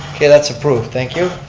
okay, that's approved, thank you.